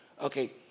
Okay